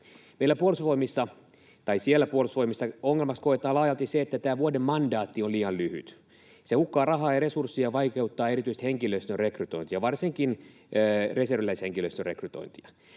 siellä puolustusvoimissa — ongelmaksi koetaan laajalti se, että tämä vuoden mandaatti on liian lyhyt. Se hukkaa rahaa ja resursseja ja vaikeuttaa erityisesti henkilöstön rekrytointia, varsinkin reserviläishenkilöstön rekrytointia.